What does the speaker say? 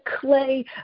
clay